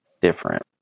different